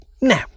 Now